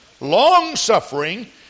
long-suffering